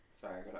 Sorry